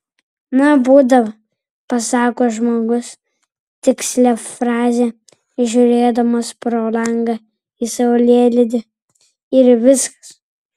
na būdavo pasako žmogus tikslią frazę žiūrėdamas pro langą į saulėlydį ir viskas